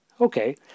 okay